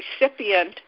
recipient